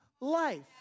life